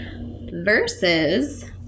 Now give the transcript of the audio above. versus